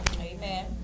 Amen